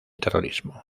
terrorismo